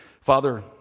father